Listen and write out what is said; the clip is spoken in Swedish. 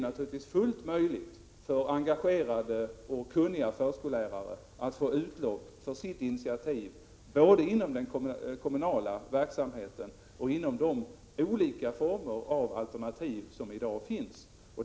Naturligtvis är det fullt möjligt för engagerade och kunniga förskollärare att få utlopp för sina initiativ både inom den kommunala verksamheten och inom de olika former av alternativ som i dag finns.